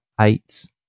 eight